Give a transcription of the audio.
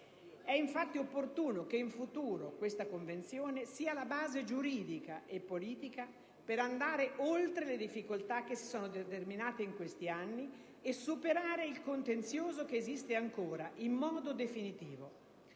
È infatti opportuno che in futuro questa Convenzione sia la base giuridica e politica per andare oltre le difficoltà che si sono determinate in questi anni e superare in modo definitivo